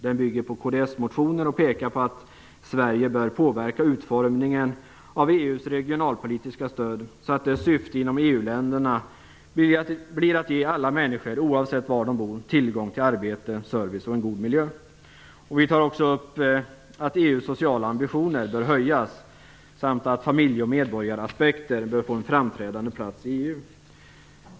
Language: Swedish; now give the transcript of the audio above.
Den bygger på kds-motioner och pekar på att Sverige bör påverka utformningen av EU:s regionalpolitiska stöd, så att dess syfte inom EU-länderna blir att ge alla människor, oavsett var de bor, tillgång till arbete, service och en god miljö. Vi tar också upp att EU:s sociala ambitioner bör höjas samt att familje och medborgaraspekter bör få en framträdande plats i EU.